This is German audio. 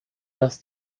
dass